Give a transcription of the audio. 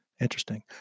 Interesting